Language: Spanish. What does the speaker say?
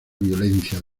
violencia